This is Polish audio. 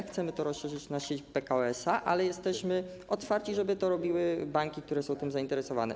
Chcemy to rozszerzyć na sieć Pekao SA, ale jesteśmy otwarci na to, żeby to robiły banki, które są tym zainteresowane.